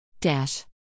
Dash